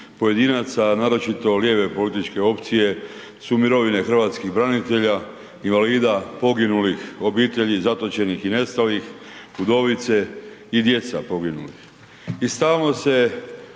pojedinaca, naročito lijeve političke opcije su mirovine hrvatskih branitelja, invalida, poginulih, obitelji zatočenih i nestalih, udovice i djeca poginulih. I stalno se